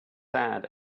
sad